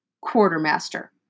quartermaster